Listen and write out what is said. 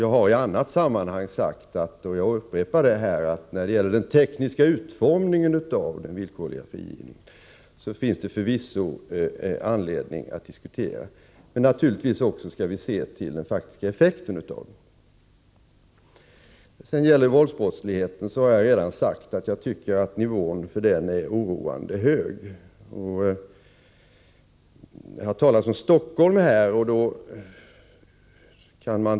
Jag har i annat sammanhang sagt — och jag upprepar det — att den tekniska utformningen av villkorlig frigivning förvisso kan diskuteras. Vi skall naturligtvis också se till den faktiska effekten. Jag har redan sagt att jag tycker att nivån för våldsbrottsligheten är oroande hög. Det har talats om Stockholm.